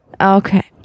Okay